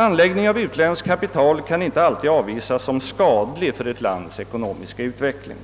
Insats av utländskt kapital kan inte alltid avvisas som skadlig för ett lands ekonomiska utveckling.